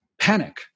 panic